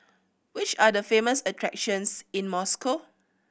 which are the famous attractions in Moscow